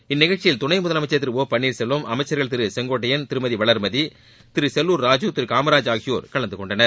இந்நிகழ்ச்சியில் துணை முதலமைச்சர் திரு ஒ பள்ளீர்செல்வம் அமைச்சர்கள் திரு செங்கோட்டையன் திருமதி வளர்மதி திரு செல்லூர் ராஜு திரு காமராஜ் ஆகியோர் கலந்து கொண்டனர்